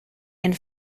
and